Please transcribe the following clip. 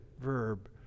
verb